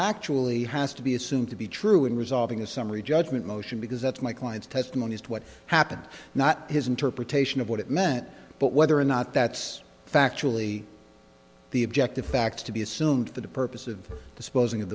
factually has to be assumed to be true in resolving a summary judgment motion because that's my client's testimony as to what happened not his interpretation of what it meant but whether or not that's factually the objective facts to be assumed for the purpose of disposing of